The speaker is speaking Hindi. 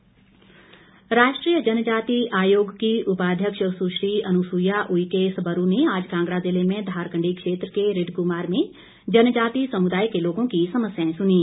जनजाति आयोग राष्ट्रीय जनजाति आयोग की उपाध्यक्ष सुश्री अनसुइया उइके स्बरू ने आज कांगड़ा जिले में धारकंडी क्षेत्र के रिडकुमार में जनजाति समुदाय के लोगों की समस्याए सुनीं